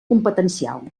competencial